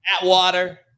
Atwater